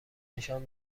نشان